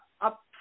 up